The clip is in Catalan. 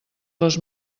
les